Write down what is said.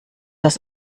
das